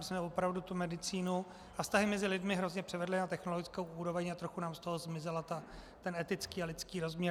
My jsme opravdu medicínu a vztahy mezi lidmi hrozně převedli na technologickou úroveň a trochu nám z toho zmizel etický a lidský rozměr.